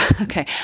okay